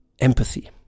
empathy